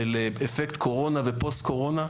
של אפקט קורונה ופוסט קורונה,